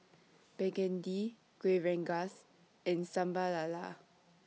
Begedil Kueh Rengas and Sambal Lala